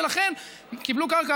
ולכן קיבלו קרקע,